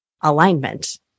alignment